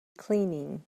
cleaning